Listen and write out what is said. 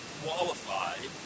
qualified